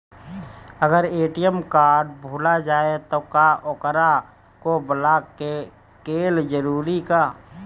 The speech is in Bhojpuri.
अगर ए.टी.एम कार्ड भूला जाए त का ओकरा के बलौक कैल जरूरी है का?